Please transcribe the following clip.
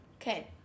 Okay